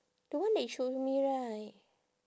the one that you show me right